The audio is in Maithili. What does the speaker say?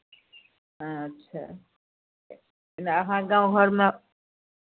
अच्छा अहाँके गाँव घरमे